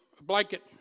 blanket